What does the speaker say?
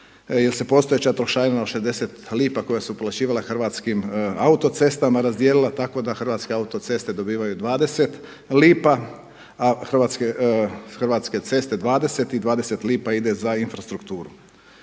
postojeća trošarina od 60 lipa koja se uplaćivala Hrvatskim autocestama razdijelila tako da Hrvatske autoceste dobivaju 20 lipa i 20 lipa ide za infrastrukturu.